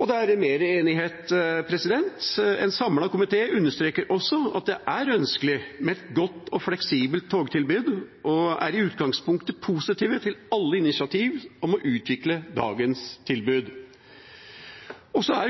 Og det er mer enighet: En samlet komité understreker også at det er ønskelig med et godt og fleksibelt togtilbud, og er i utgangspunktet positiv til alle initiativ om å utvikle dagens tilbud.